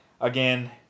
Again